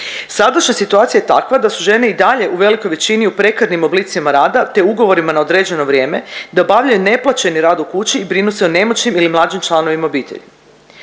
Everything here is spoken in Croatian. Sadašnja situacija je takva da su žene i dalje u velikoj većini u prekarnim oblicima rada, te ugovorima na određeno vrijeme, da obavljaju neplaćeni rad u kući i brinu se o nemoćnim ili mlađim članovima obitelji.